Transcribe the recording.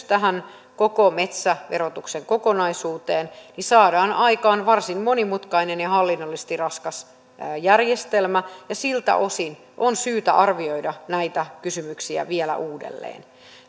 tähän koko metsäverotuksen kokonaisuuteen lisätään vielä metsälahjavähennys niin saadaan aikaan varsin monimutkainen ja hallinnollisesti raskas järjestelmä ja siltä osin on syytä arvioida näitä kysymyksiä vielä uudelleen